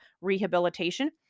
rehabilitation